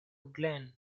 glen